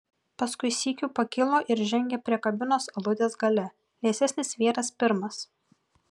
paskui sykiu pakilo ir žengė prie kabinos aludės gale liesesnis vyras pirmas